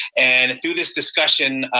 and through this discussion,